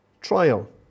trial